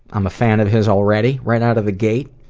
i'm a fan of his already, right outta the gate.